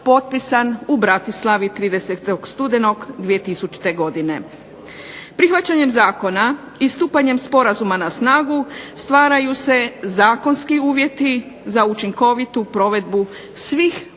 u Bratislavi 30. studenog 2000. godine. Prihvaćanjem zakona i stupanjem sporazuma na snagu stvaraju se zakonski uvjeti za učinkovitu provedbu svih oblika